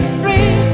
free